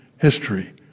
history